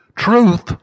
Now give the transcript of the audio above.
Truth